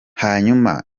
hanyuma